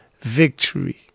victory